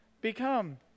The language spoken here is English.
become